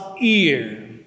ear